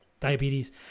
diabetes